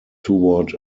toward